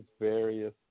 various